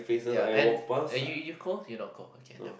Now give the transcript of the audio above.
ya and you you call you not call okay never mind